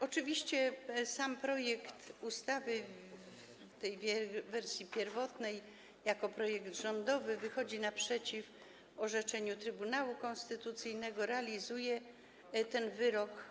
Oczywiście sam projekt ustawy w wersji pierwotnej, jako projekt rządowy, wychodzi naprzeciw orzeczeniu Trybunału Konstytucyjnego, realizuje ten wyrok.